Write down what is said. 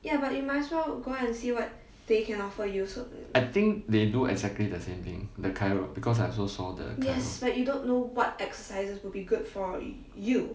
I think they do exactly the same thing the chiro~ because I also saw the chiro~